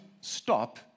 stop